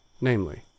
namely